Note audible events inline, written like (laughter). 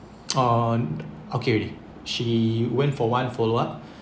(noise) uh okay already she went for one follow up